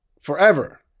forever